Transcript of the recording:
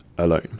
alone